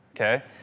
Okay